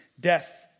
Death